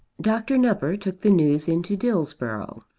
dr. nupper took the news into dillsborough,